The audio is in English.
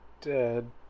dead